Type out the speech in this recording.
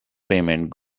payment